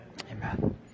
Amen